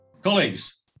Colleagues